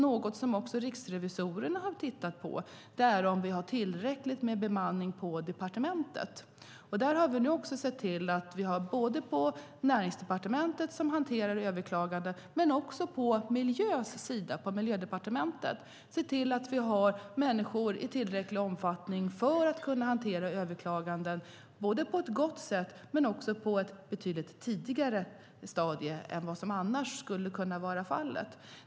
Något som även riksrevisorerna har tittat på är om vi har tillräcklig bemanning på departementet. Vi har nu sett till att vi både på Näringsdepartementet, som hanterar överklaganden, och på Miljödepartementet har människor i tillräcklig omfattning för att kunna hantera överklaganden, både på ett gott sätt och i ett betydligt tidigare skede än vad som annars skulle kunna vara fallet.